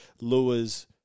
lures